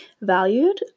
valued